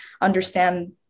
understand